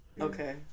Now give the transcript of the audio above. Okay